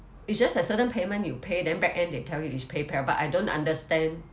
it's just that certain payment you pay them back end they tell you it's paypal but I don't understand